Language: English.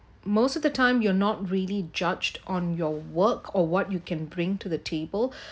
most of the time you're not really judged on your work or what you can bring to the table